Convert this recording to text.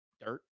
dirt